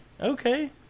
Okay